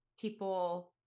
people